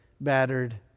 battered